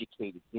educated